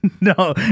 No